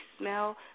smell